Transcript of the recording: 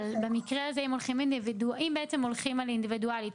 אם בעצם הולכים על אינדיבידואלית,